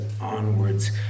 onwards